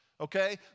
okay